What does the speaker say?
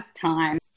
time